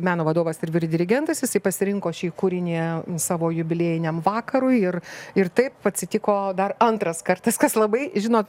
meno vadovas ir vyrdirigentas jis pasirinko šį kūrinį savo jubiliejiniam vakarui ir ir taip atsitiko dar antras kartas kas labai žinot